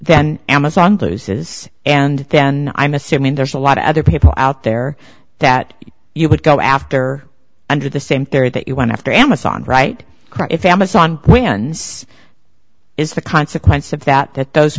then amazon loses and then i'm assuming there's a lot of other people out there that you would go after under the same theory that you went after amazon right if amazon wins is the consequence of that that those